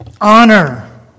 honor